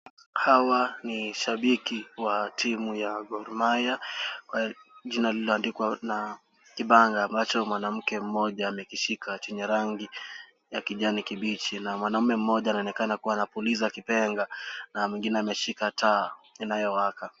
Hawa ni shabiki wa timu ya Gor Mahia kwa jina lililoandikwa na kibanga ambacho mwanamke mmoja amekishika chenye rangi ya kijani kibichi na mwanaume mmoja anaonekana kuwa anapuliza kipenga na mwingine ameshika taa inayowaka.